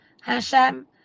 Hashem